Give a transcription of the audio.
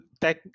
tech